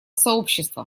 сообщества